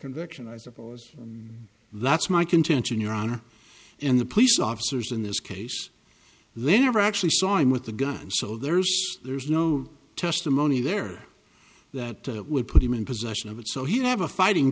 conviction i suppose that's my contention your honor and the police officers in this case then never actually saw him with the gun so there's there's no testimony there that would put him in possession of it so he'd have a fighting